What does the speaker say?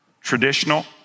traditional